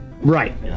Right